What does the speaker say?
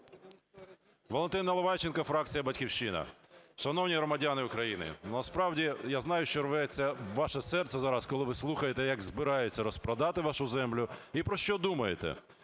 Валентин Наливайченко, фракція "Батьківщина". Шановні громадяни України, насправді я знаю, що рветься ваше серце зараз, коли ви слухаєте як збираються розпродати вашу землю, і про що думаєте.